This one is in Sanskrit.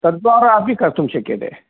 तद्वारा अपि कर्तुं शक्यते